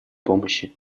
помощи